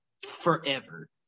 forever